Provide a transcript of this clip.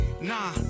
Nah